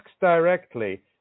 directly